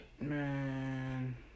man